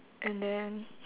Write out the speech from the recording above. and then